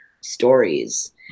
stories